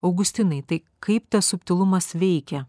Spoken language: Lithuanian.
augustinai tai kaip tas subtilumas veikia